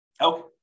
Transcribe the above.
Okay